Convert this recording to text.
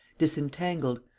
disentangled,